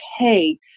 okay